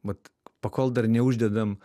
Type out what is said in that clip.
vat pakol dar neuždedam